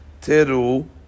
teru